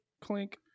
Clink